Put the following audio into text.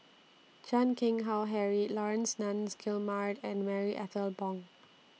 Chan Keng Howe Harry Laurence Nunns Guillemard and Marie Ethel Bong